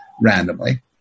randomly